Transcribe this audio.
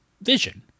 Vision